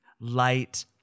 light